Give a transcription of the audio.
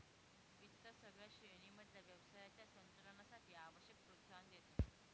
वित्त सगळ्या श्रेणी मधल्या व्यवसायाच्या संचालनासाठी आवश्यक प्रोत्साहन देते